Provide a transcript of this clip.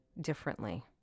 differently